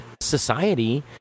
society